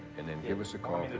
and then give us a call.